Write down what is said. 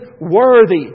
worthy